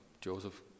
Joseph